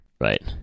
Right